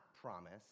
promise